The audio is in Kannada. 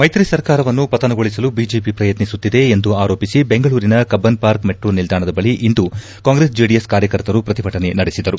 ಮೈತ್ರಿ ಸರ್ಕಾರವನ್ನು ಪತನಗೊಳಿಸಲು ಬಿಜೆಪಿ ಪ್ರಯತ್ನಿಸುತ್ತಿದೆ ಎಂದು ಆರೋಪಿಸಿ ಬೆಂಗಳೂರಿನ ಕಬ್ಬನ್ ಪಾರ್ಕ್ ಮೆಟ್ರೋ ನಿಲ್ದಾಣದ ಬಳಿ ಇಂದು ಕಾಂಗ್ರೆಸ್ ಜೆಡಿಎಸ್ ಕಾರ್ಯಕರ್ತರು ಪ್ರತಿಭಟನೆ ನಡೆಸಿದರು